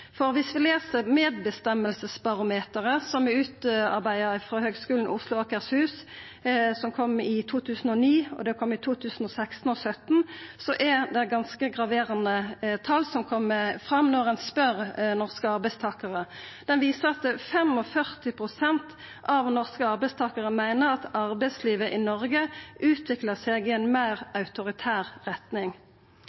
For viss vi les barometeret for medbestemming, som er utarbeidd av Høgskolen i Oslo og Akershus og kom i 2009, 2016 og 2017, er det ganske graverande tal som kom fram då ein spurde norske arbeidstakarar. Tala viser at 45 pst. av norske arbeidstakarar meiner at arbeidslivet i Noreg utviklar seg i ei meir